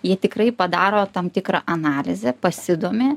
jie tikrai padaro tam tikrą analizę pasidomi